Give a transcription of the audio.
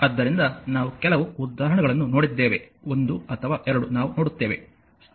ಆದ್ದರಿಂದ ನಾವು ಕೆಲವು ಉದಾಹರಣೆಗಳನ್ನು ನೋಡಿದ್ದೇವೆ ಒಂದು ಅಥವಾ ಎರಡು ನಾವು ನೋಡುತ್ತೇವೆ